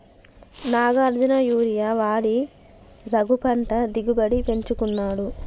Nagarjuna urea వాడి రఘు పంట దిగుబడిని పెంచుకున్నాడట